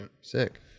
Sick